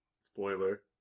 Spoiler